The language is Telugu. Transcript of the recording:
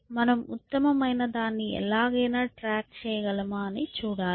మనం ఉత్తమమైనదాన్ని ఎలాగైనా ట్రాక్ చేయగలమా అని చూడాలి